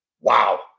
Wow